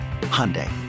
Hyundai